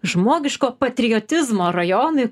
žmogiško patriotizmo rajonui